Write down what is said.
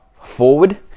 forward